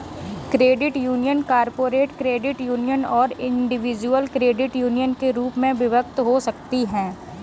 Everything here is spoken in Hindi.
credit union corporate credit union और इंडिविजुअल क्रेडिट यूनियन के रूप में विभक्त हो सकती हैं